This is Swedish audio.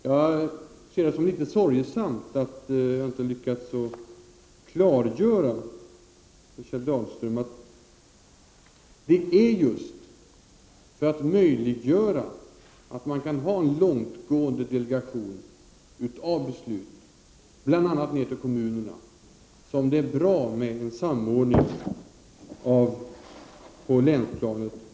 Jag ser det som litet sorgesamt att jag inte har lyckats klargöra för Kjell Dahlström att det just är för att möjliggöra en långtgående delegation av beslut bl.a. ner till kommunerna som det är bra med en samordning på detta sätt på länsplanet.